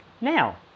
Now